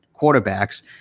quarterbacks